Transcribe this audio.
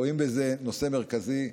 רואים בזה נושא מרכזי.